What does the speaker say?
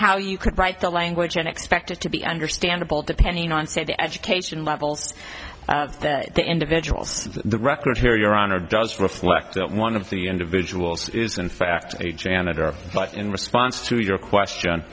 how you could write the language and expect it to be understandable depending on say the education levels of the individuals the record here your honor does reflect that one of the individuals is in fact a janitor but in response to your question